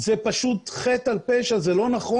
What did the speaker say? זה פשוט חטא על פשע, זה לא נכון.